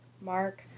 Mark